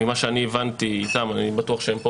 ממה שאני הבנתי איתם ואני בטוח שהם פה,